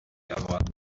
erworben